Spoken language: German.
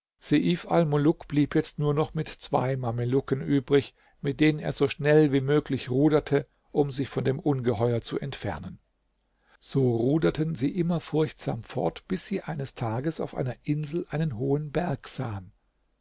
blieb jetzt nur noch mit zwei mamelucken übrig mit denen er so schnell wie möglich ruderte um sich von dem ungeheuer zu entfernen so ruderten sie immer furchtsam fort bis sie eines tages auf einer insel einen hohen berg sahen